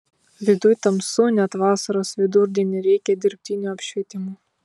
viduj tamsu net vasaros vidurdienį reikia dirbtino apšvietimo